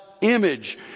image